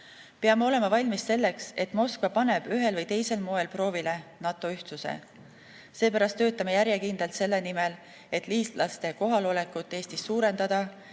olema valmis selleks, et Moskva paneb ühel või teisel moel proovile NATO ühtsuse. Seepärast töötame järjekindlalt selle nimel, et liitlaste kohalolekut Eestis suurendada